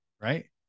right